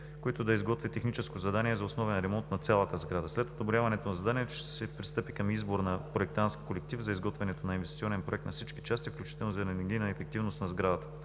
които да изготвят техническо задание за основен ремонт на цялата сграда. След одобряването на заданието ще се пристъпи към избор на проектантски колектив за изготвянето на инвестиционен проект на всички части, включително за енергийна ефективност на сградата.